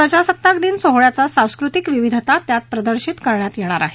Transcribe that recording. प्रजासत्ताक दिन सोहळ्याचा सांस्कृतिक विविधता त्यात प्रदर्शित करण्यात येणार आहे